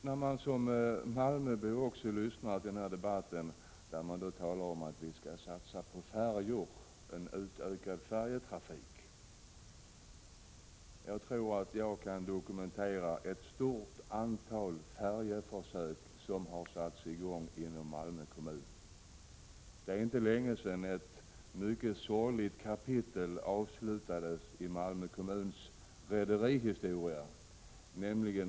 Sedan jag som malmöbo har lyssnat till den här debatten, där det talas om en satsning på en utökad färjetrafik, vill jag säga att jag tror mig kunna dokumentera det arbete med ett stort antal försök med färjor som har satts i gång i Malmö kommun. Det är inte länge sedan ett mycket sorgligt kapitel i Malmö kommuns rederihistoria avslutades.